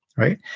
right?